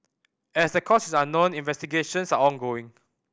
as the cause is unknown investigations are ongoing